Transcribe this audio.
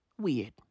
weird